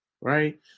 Right